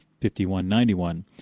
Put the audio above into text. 5191